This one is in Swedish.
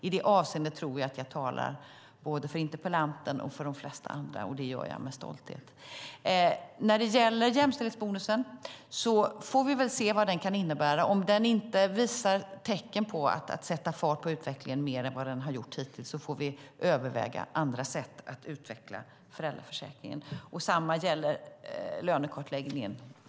I detta avseende tror jag att jag talar både för interpellanten och för de flesta andra; och det gör jag med stolthet. Vi får se vad jämställdhetsbonusen kan innebära. Om den inte visar tecken på att sätta fart på utvecklingen mer än vad den har gjort hittills får vi överväga andra sätt att utveckla föräldraförsäkringen. Detsamma gäller lönekartläggningen.